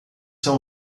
são